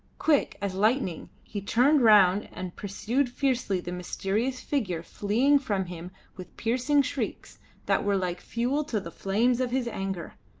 quick as lightning he turned round and pursued fiercely the mysterious figure fleeing from him with piercing shrieks that were like fuel to the flames of his anger.